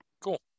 Cool